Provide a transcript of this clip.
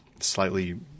slightly